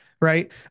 Right